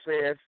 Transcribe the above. says